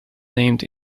named